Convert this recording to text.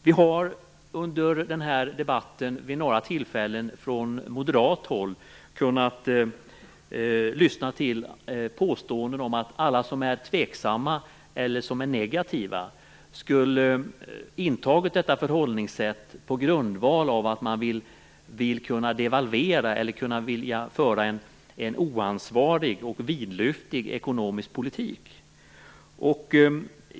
Vid några tillfällen under denna debatt har vi kunnat lyssna till påståenden från moderat håll om att alla som är tveksamma eller negativa skulle ha intagit detta förhållningssätt på grundval av att man vill kunna devalvera eller kunna föra en oansvarig och vidlyftig ekonomisk politik.